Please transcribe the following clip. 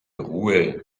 ruhe